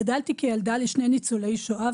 גדלתי כילדה לשני ניצולי שואה,